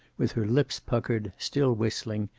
with her lips puckered, still whistling,